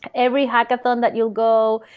every hackathon that you'll go,